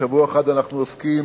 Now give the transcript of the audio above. שבוע אחד אנחנו עוסקים